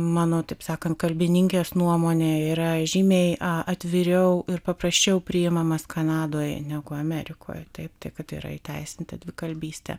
mano taip sakant kalbininkės nuomone yra žymiai atviriau ir paprasčiau priimamas kanadoje negu amerikoje taip tai kad yra įteisinta dvikalbystė